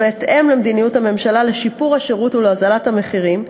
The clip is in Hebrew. ובהתאם למדיניות הממשלה לשיפור השירות ולהורדת המחירים,